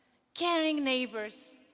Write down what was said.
caring neighbors,